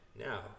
now